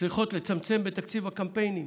צריכות לצמצם בתקציב הקמפיינים.